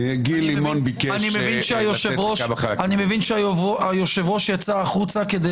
אני מבין שהיושב-ראש כהרגלו יצא החוצה כדי